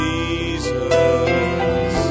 Jesus